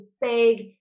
big